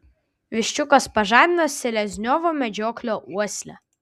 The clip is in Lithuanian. viščiukas pažadina selezniovo medžioklio uoslę